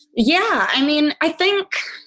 yeah. i mean, i think,